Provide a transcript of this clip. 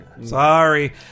Sorry